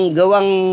gawang